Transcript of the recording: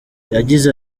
yagize